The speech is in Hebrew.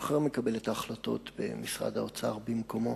אחר מקבל את ההחלטות במשרד האוצר במקומו.